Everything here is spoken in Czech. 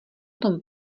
tom